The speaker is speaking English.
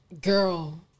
girl